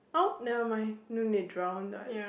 oh nevermind